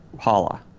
Hala